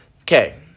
Okay